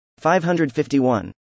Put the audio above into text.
551